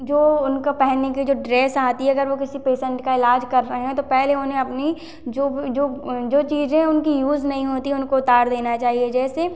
जो उनको पहनने की जो ड्रेस आती है अगर वो किसी पेशेंट का इलाज कर रहे हैं तो पहले उन्हें अपनी जो जो जो चीज़ें उनकी यूज़ नहीं होती हैं उनको उतार देना चाहिए जैसे